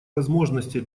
возможностей